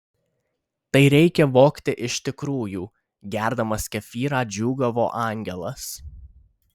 tai reikia vogti iš tikrųjų gerdamas kefyrą džiūgavo angelas